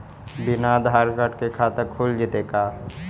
बिना आधार कार्ड के खाता खुल जइतै का?